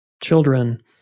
children